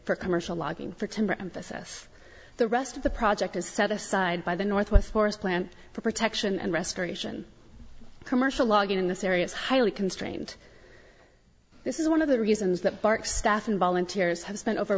for commercial logging for timber emphasis the rest of the project is set aside by the northwest forest plant for protection and restoration commercial logging in this area is highly constrained this is one of the reasons that barks staff and volunteers have spent over